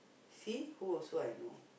see who also I know